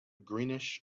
greenish